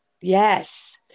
Yes